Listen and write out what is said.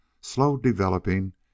slow-developing